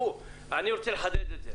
אני רוצה לחדד את זה.